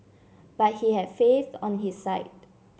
but he had faith on his side